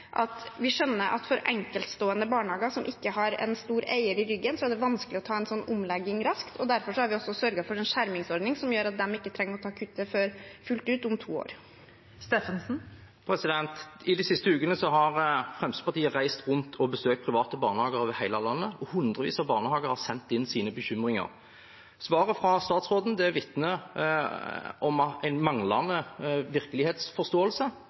at vi skjønner at for enkeltstående barnehager, som ikke har en stor eier i ryggen, er det vanskelig å ta en slik omlegging raskt. Derfor har vi sørget for en skjermingsordning, som gjør at de ikke behøver å ta kuttet fullt ut før om to år. De siste ukene har Fremskrittspartiet reist rundt og besøkt private barnehager over hele landet, og hundrevis av barnehager har sendt inn sine bekymringer. Svaret fra statsråden vitner om en manglende virkelighetsforståelse